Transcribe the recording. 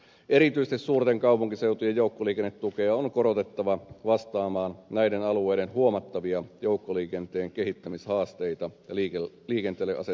erityisesti suurten kaupunkiseutujen joukkoliikennetukea on korotettava vastaamaan näiden alueiden huomattavia joukkoliikenteen kehittämishaasteita ja liikenteelle asetettuja ympäristötavoitteita